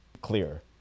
clear